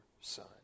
son